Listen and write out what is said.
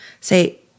Say